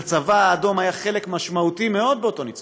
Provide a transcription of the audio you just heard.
לצבא האדום היה חלק משמעותי מאוד באותו ניצחון,